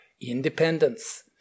independence